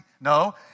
No